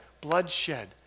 bloodshed